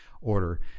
order